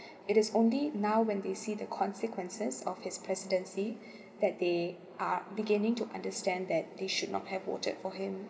it is only now when they see the consequences of his presidency that they are beginning to understand that they should not have voted for him